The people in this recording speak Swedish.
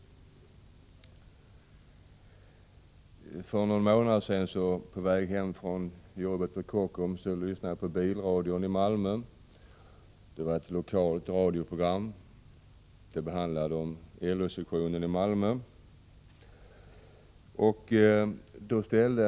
För någon månad sedan, då jag var på väg hem från mitt arbete på Kockums, lyssnade jag på bilradion. Det var ett lokalt radioprogram som handlade om LO-sessionen i Malmö.